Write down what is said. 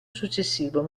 successivo